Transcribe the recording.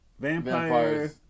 Vampires